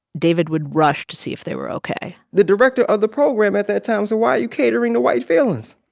david would rush to see if they were ok the director of the program at that time said, why are you catering to white feelings?